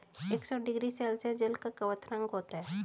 एक सौ degree Celsius जल का क्वथनांक होता है